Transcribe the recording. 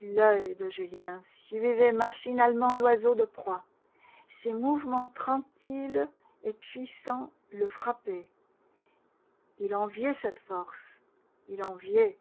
l'oeil de julien suivait machinalement l'oiseau de proie ses mouvements tranquilles et puissants le frappaient il enviait cette force il enviait